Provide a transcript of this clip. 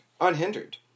unhindered